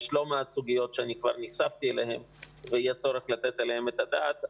יש עוד לא מעט סוגיות שכבר נחשפתי אליהן ויהיה צורך לתת עליהן את הדעת.